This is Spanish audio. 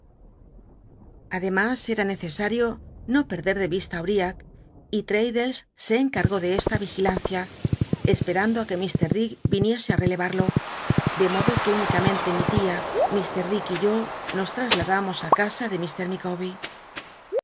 ademas era necesario no perder de vista á uriab y fraddles se encargó de esta vigilancia esperando ü que lit dick viniese relevarlo de modo que únicamente mi tia mr dick y yo nos lrasladamos á casa de